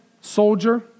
soldier